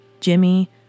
Jimmy